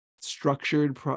structured